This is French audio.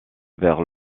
vers